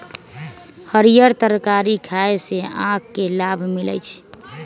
हरीयर तरकारी खाय से आँख के लाभ मिलइ छै